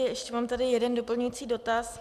Ještě mám tady jeden doplňující dotaz.